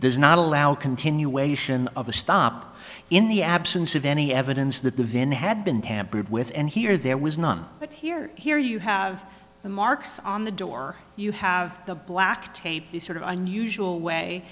does not allow continuation of the stop in the absence of any evidence that the van had been tampered with and here there was none but here here you have the marks on the door you have the black tape the sort of unusual way